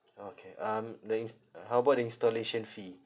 okay um the ins~ uh how about the installation fee